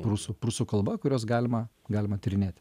prūsų prūsų kalba kurios galima galima tyrinėti